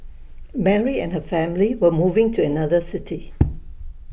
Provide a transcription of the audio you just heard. Mary and her family were moving to another city